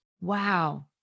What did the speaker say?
Wow